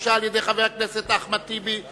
שהוגשה על-ידי חבר הכנסת אחמד טיבי,